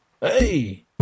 hey